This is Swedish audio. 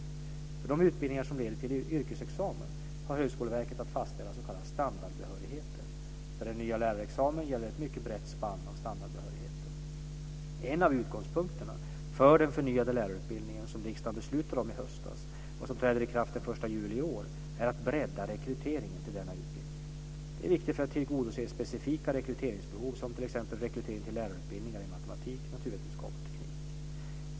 För de utbildningar som leder till en yrkesexamen har Högskoleverket att fastställa s.k. standardbehörigheter. För den nya lärarexamen gäller ett mycket brett spann av standardbehörigheter. En av utgångspunkterna för den förnyade lärarutbildningen som riksdagen beslutade om i höstas och som träder i kraft den 1 juli i år är att bredda rekryteringen till denna utbildning. Det är viktigt för att tillgodose specifika rekryteringsbehov som t.ex. rekrytering till lärarutbildningar i matematik, naturvetenskap och teknik.